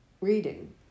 reading